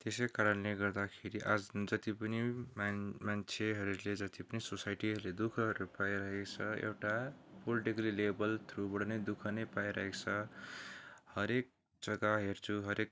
त्यसैकारणले गर्दाखेरि आजसम्म जति पनि मान् मान्छेहरूले जति पनि सोसाइटीहरूले दु खहरू पाइरहेको छ एउटा पोलिटिकल्ली लेबल थ्रुबाट नै दु ख नै पाइरहेको छ हरेक जग्गा हेर्छु हरेक